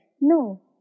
No